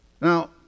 Now